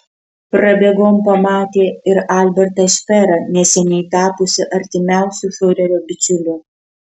prabėgom pamatė ir albertą šperą neseniai tapusį artimiausiu fiurerio bičiuliu